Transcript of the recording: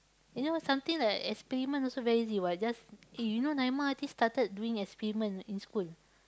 you know something like experiment also very easy what just eh you know Naimah I think started doing experiment in school